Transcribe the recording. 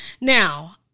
Now